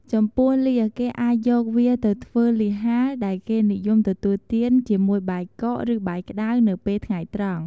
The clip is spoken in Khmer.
ចំពោះលៀស គេអាចយកវាទៅធ្វើលៀសហាល ដែលគេនិយមទទូលទានជាមួយបាយកក ឬបាយក្តៅ នៅពេលថ្ងៃត្រង់។